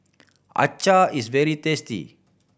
acar is very tasty